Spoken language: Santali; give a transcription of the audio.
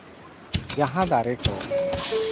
ᱡᱟᱦᱟᱸ ᱫᱟᱨᱮ ᱠᱚ